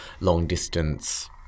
long-distance